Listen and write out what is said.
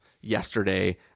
yesterday